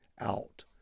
out